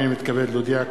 אני מתכבד להודיע,